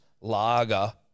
lager